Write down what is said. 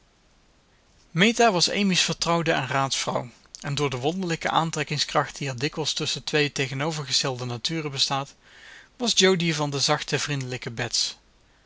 meta was amy's vertrouwde en raadsvrouw en door de wonderlijke aantrekkingskracht die er dikwijls tusschen twee tegenovergestelde naturen bestaat was jo die van de zachte vriendelijke bets